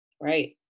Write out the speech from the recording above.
right